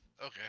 Okay